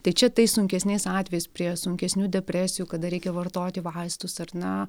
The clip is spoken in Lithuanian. tai čia tais sunkesniais atvejais prie sunkesnių depresijų kada reikia vartoti vaistus ar ne